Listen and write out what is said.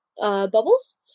bubbles